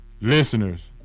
Listeners